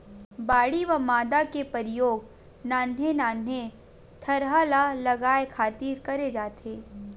बाड़ी म मांदा के परियोग नान्हे नान्हे थरहा ल लगाय खातिर करे जाथे